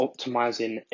optimizing